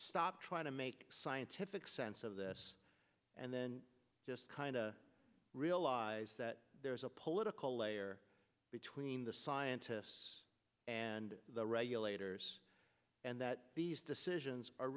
stop trying to make scientific sense of this and then just kind of realize that there is a political layer between the scientists and the regulators and that these decisions are